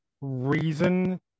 reason